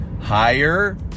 higher